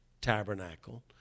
tabernacle